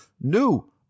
new